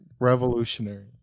revolutionary